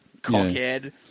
cockhead